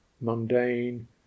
mundane